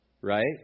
right